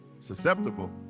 susceptible